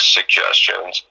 suggestions